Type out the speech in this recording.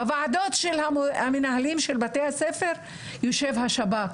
בוועדות של המנהלים של בתי הספר יושב השב"כ,